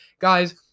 guys